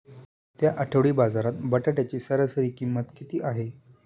येत्या आठवडी बाजारात बटाट्याची सरासरी किंमत किती आहे?